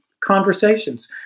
conversations